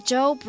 Joe